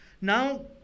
Now